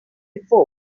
before